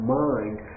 mind